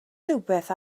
rhywbeth